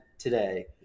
today